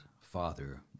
Father